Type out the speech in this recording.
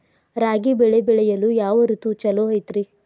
ರಾಗಿ ಬೆಳೆ ಬೆಳೆಯಲು ಯಾವ ಋತು ಛಲೋ ಐತ್ರಿ?